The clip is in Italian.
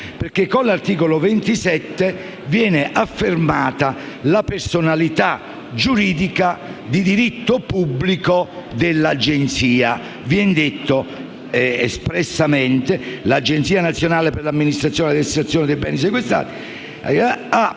27. Con l'articolo 27, infatti, viene affermata la personalità giuridica di diritto pubblico dell'Agenzia. Viene detto espressamente che l'Agenzia nazionale per l'amministrazione e la destinazione dei beni sequestrati e